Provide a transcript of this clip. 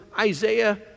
Isaiah